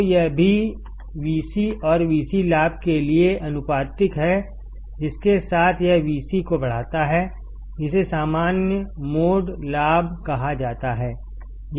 तो यह भी Vc और Vc लाभ केलिए आनुपातिक हैजिसके साथ यह Vc कोबढ़ाताहै जिसे सामान्य मोड लाभ कहा जाता है